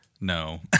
No